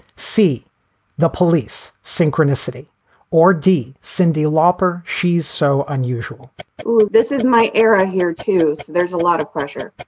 see the police synchronicity or d? cyndi lauper. she's so unusual this is my era here, too. there's a lot of pressure.